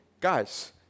Guys